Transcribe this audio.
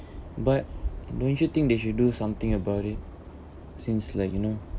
but don't you think they should do something about it since like you know